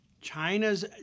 China's